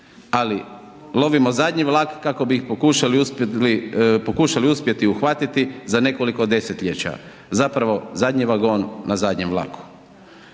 ali lovimo zadnji vlak kako bi ih pokušali uspjeti uhvatiti za nekoliko desetljeća, zapravo zadnji vagon na zadnjem vlaku.